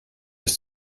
ist